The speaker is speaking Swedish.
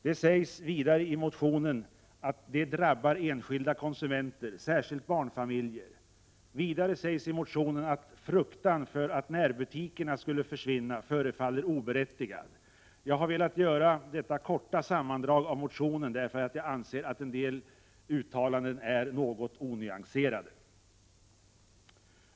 Det sägs drabba enskilda konsumenter, särskilt barnfamiljer. Vidare sägs i motionen att fruktan för att närbutikerna skulle försvinna förefaller oberättigad. Jag har velat göra detta korta sammandrag av motionen därför att jag anser en del uttalanden något onyanserade.